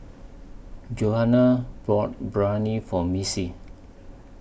Johana bought Biryani For Missy